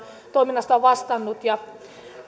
toiminnasta vastannut